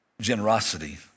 Generosity